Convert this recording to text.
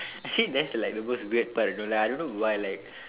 actually that's like the most weird part no lah I don't know why like